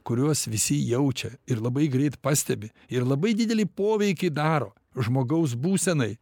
kuriuos visi jaučia ir labai greit pastebi ir labai didelį poveikį daro žmogaus būsenai